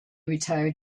retired